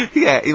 yeah.